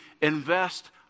invest